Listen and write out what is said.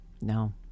No